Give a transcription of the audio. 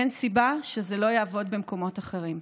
אין סיבה שזה לא יעבוד במקומות אחרים.